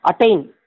attain